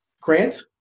Grant